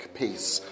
peace